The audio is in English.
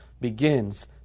begins